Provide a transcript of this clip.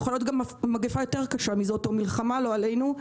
יכולה להיות קשה מזאת או מלחמה לא עלינו.